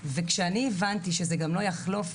ואני הבנתי שזה גם לא יחלוף,